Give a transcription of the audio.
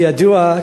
כידוע,